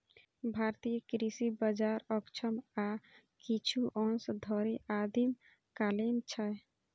भारतीय कृषि बाजार अक्षम आ किछु अंश धरि आदिम कालीन छै